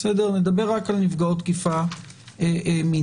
נדבר רק על נפגעות תקיפה מינית